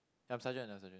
I'm sergeant I'm sergeant